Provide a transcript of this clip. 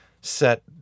set